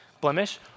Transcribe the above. blemish